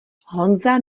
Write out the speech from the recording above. honza